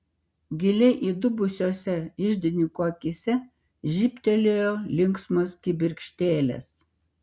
giliai įdubusiose iždininko akyse žybtelėjo linksmos kibirkštėlės